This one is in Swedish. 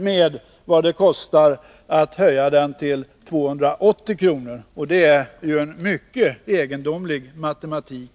med vad det kostar att höja till 280 kr. Det är en mycket egendomlig matematik.